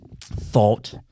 thought